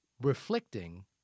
reflecting